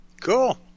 Cool